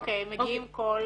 אוקיי, הם מגיעים כל...?